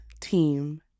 team